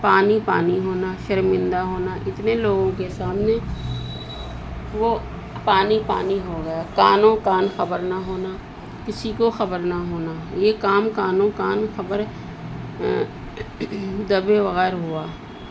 پانی پانی ہونا شرمندہ ہونا اتنے لوگوں کے سامنے وہ پانی پانی ہو گیا کانوں کان خبر نہ ہونا کسی کو خبر نہ ہونا یہ کام کانوں کان خبر دبے وغیر ہوا